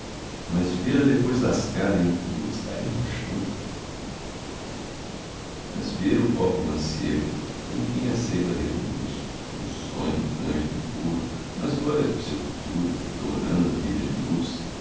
mas vê-la depois lascada em duas cair no chão mas ver o pobre mancebo em quem a seiva reluz no sonho cândido e puro nas glórias do seu futuro dourando a vida de luz